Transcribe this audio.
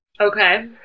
Okay